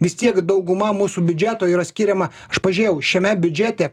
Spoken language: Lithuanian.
vis tiek dauguma mūsų biudžeto yra skiriama aš pažėjau šiame biudžete